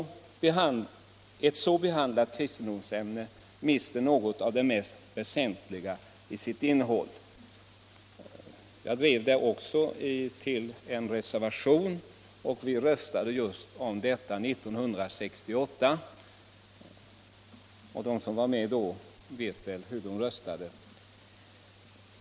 Ett så behandlat kristendomsämne mister något av det mest väsentliga i sitt innehåll.” Jag drev det också till en reservation, och vi röstade just om detta 1968. De som var med då vet väl hur de röstade.